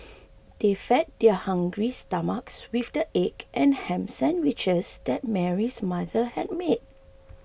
they fed their hungry stomachs with the egg and ham sandwiches that Mary's mother had made